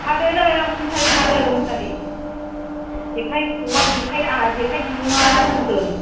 खादो नै आंबो मुसारि खादों मुसारि जेखाइ खबाइ जेखाइ आंहा जेखाइ दुरुंआ जदों